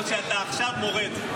או שאתה מורד עכשיו?